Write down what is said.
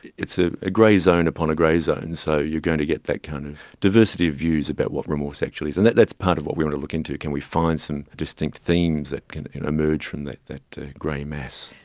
it's ah a grey zone upon a grey zone, so you are going to get that kind of diversity of views about what remorse actually is, and that's part of what we want to look into, can we find some distinct themes that can emerge from that that grey mass.